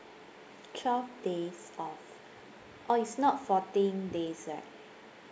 twelve days off orh it's not fourteen days right